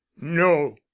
no